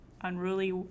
Unruly